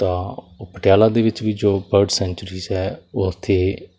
ਤਾਂ ਪਟਿਆਲਾ ਦੇ ਵਿੱਚ ਵੀ ਜੋ ਬਰਡ ਸੈਂਟਰੀਜ਼ ਹੈ ਉਹ ਉੱਥੇ